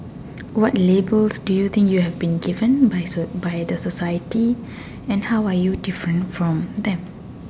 what labels do you think you have been given by by the society and how are you different from them